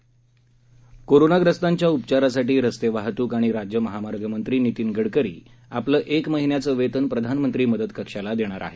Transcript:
नितीन गडकरी कोरोनाग्रस्तांच्या उपचारासाठी रस्ते वाहतूक आणि राज्यमहामार्ग मंत्री नितीन गडकरी आपलं एक महिन्याचं वेतन प्रधानमंत्री मदत कक्षाला देणार आहे